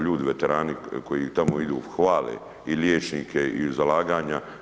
Ljudi veterani koji tamo idu hvale i liječnike i zalaganja.